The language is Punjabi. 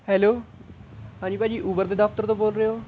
ਹੈਲੋ ਹਾਂਜੀ ਭਾਅ ਜੀ ਉਬਰ ਦੇ ਦਫ਼ਤਰ ਤੋਂ ਬੋਲ ਰਹੇ ਹੋ